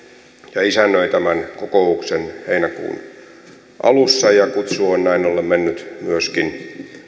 ja isännöi tämän kokouksen heinäkuun alussa ja kutsu on näin ollen mennyt myöskin